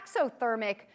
exothermic